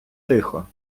тихо